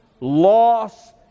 loss